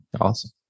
Awesome